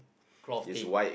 cloth thing